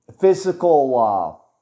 physical